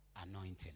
anointing